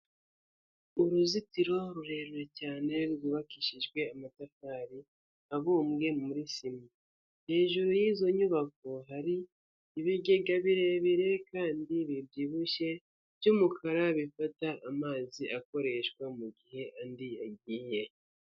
Uruzitiro rurerure cyane rwubakishijwe amatafari abumbwe muri sima, hejuru y'izo nyubako hari ibigega birebire kandi bibyibushye by'umukara bifata amazi akoreshwa mugihe andi yagiye.